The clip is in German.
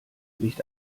nicht